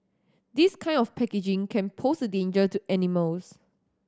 this kind of packaging can pose a danger to animals